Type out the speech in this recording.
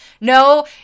No